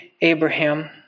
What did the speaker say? Abraham